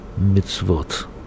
mitzvot